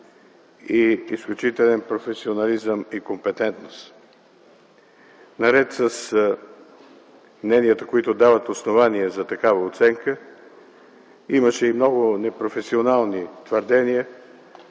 и изключителен професионализъм и компетентност. Наред с мненията, които дават основание за такава оценка, имаше и много непрофесионални твърдения